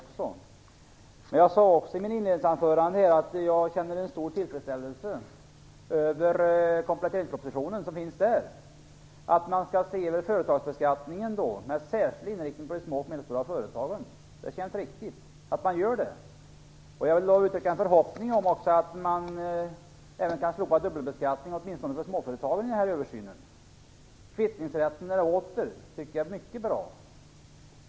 Men jag sade också i mitt inledningsanförande att jag känner en stor tillfredsställelse över det som finns i kompletteringspropositionen. Man skall se över företagsbeskattningen med särskild inriktning på de små och medelstora företagen. Det känns riktigt att man gör det. Jag vill uttrycka en förhoppning om att man vid den här översynen även kan slopa dubbelbeskattningen, åtminstone för småföretagare. Kvittningsrätten är åter. Det tycker jag är mycket bra.